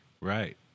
Right